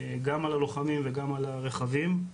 גם על הלוחמים וגם על הרכבים.